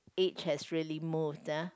age has really moved uh